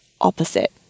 opposite